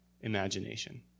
imagination